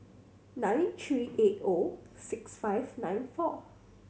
nine three eight O six five nine four